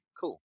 Cool